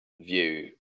view